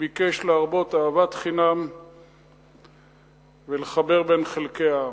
שביקש להרבות אהבת חינם ולחבר בין חלקי העם.